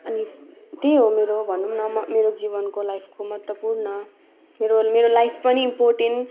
अनि त्यही हो मेरो भनौँ न म मेरो जीवनको लाइफको महत्त्वपूर्ण मेरो मेरो लाइफ पनि इम्पोर्टेन्ट